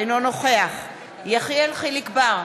אינו נוכח יחיאל חיליק בר,